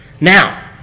Now